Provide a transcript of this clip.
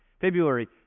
February